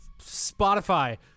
Spotify